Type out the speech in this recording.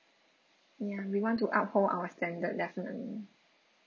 ya we want to uphold our standard definitely